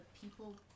people